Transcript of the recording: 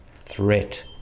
threat